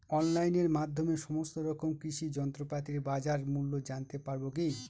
অনলাইনের মাধ্যমে সমস্ত রকম কৃষি যন্ত্রপাতির বাজার মূল্য জানতে পারবো কি?